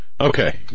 Okay